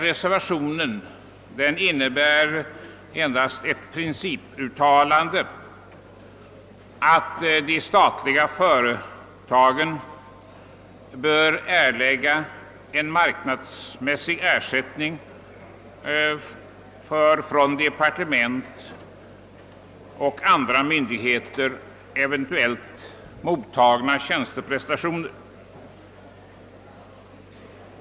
Reservationen innebär endast ett principuttalande »att statliga företag skall till statsverket erlägga marknadsmässig ersättning för från departement och andra myndigheter mottagna tjänsteprestationer».